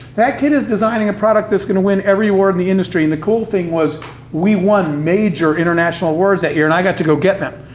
that kid is designing a product that's gonna win every award in the industry, and the cool thing was we won major international words that year, and i got to go get them.